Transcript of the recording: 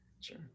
Sure